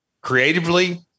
creatively